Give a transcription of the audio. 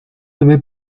debe